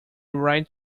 right